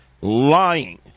lying